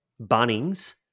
Bunnings